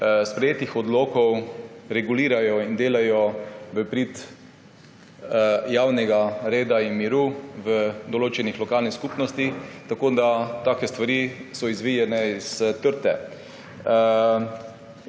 sprejetih odlokov regulirajo in delajo v prid javnega reda in miru v določenih lokalnih skupnostih, tako da so take stvari izvite iz trte.